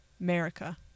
America